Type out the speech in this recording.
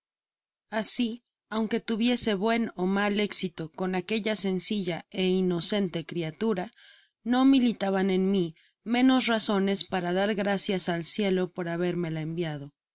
asi aunque tuviese buen mal éxito con aquella sencilla ó inocente criatura no militabanen mí menos razones para dar gracias al cielo por babermela enviado